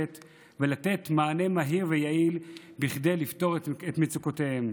ולתת מענה מהיר ויעיל כדי לפתור את מצוקותיהם.